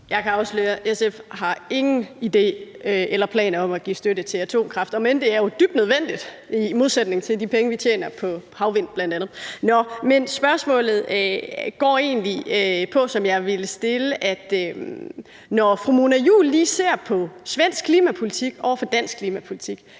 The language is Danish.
Jeg kan afsløre, at SF ikke har nogen planer om at give støtte til atomkraft, om end det jo er dybt nødvendigt, i modsætning til hvad angår de penge, vi tjener på bl.a. havvind. Nå, men det spørgsmål, jeg vil stille, går egentlig på: Når fru Mona Juul lige ser på svensk klimapolitik over for dansk klimapolitik,